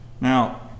Now